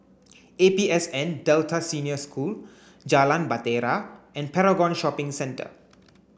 A P S N Delta Senior School Jalan Bahtera and Paragon Shopping Centre